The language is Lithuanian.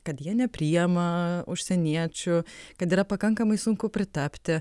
kad jie nepriima užsieniečių kad yra pakankamai sunku pritapti